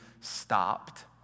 stopped